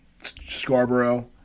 Scarborough